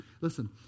listen